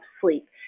sleep